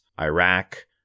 Iraq